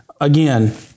again